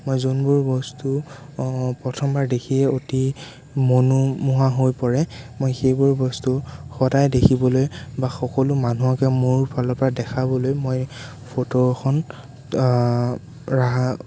মই যোনবোৰ বস্তু প্ৰথমবাৰ দেখিয়ে অতি মনোমোহা হৈ পৰে মই সেইবোৰ বস্তু সদায় দেখিবলৈ বা সকলো মানুহকে মোৰ ফালৰ পৰা দেখাবলৈ মই ফটো এখন ৰাখা